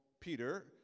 Peter